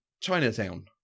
Chinatown